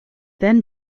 then